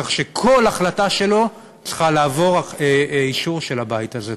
כך שכל החלטה שלו צריכה לעבור אישור של הבית הזה.